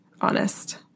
honest